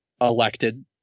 elected